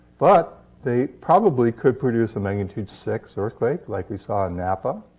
but they probably could produce a magnitude six earthquake like we saw in napa.